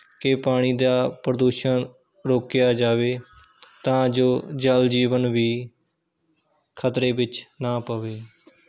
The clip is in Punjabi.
ਕਿ ਪਾਣੀ ਦਾ ਪ੍ਰਦੂਸ਼ਣ ਰੋਕਿਆ ਜਾਵੇ ਤਾਂ ਜੋ ਜਲ ਜੀਵਨ ਵੀ ਖਤਰੇ ਵਿੱਚ ਨਾ ਪਵੇ